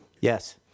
Yes